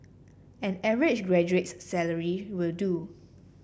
an average graduate's salary will do